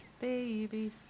Baby